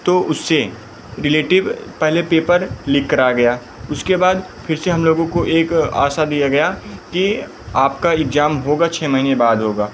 तो उससे रिलेटिव पहले पेपर लिक करा आ गया उसके बाद फिर से हम लोगों को एक आशा दे दिया गया कि आपका इग्जाम होगा छः महीने बाद होगा